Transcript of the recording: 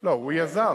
לא, הוא יזם.